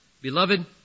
beloved